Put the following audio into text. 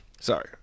sorry